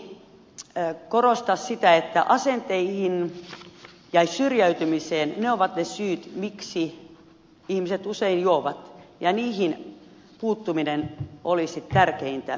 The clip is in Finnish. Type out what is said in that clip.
tärkeää olisi korostaa sitä että asenteet ja syrjäytyminen ovat ne syyt miksi ihmiset usein juovat ja niihin puuttuminen olisi tärkeintä